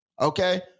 okay